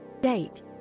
Date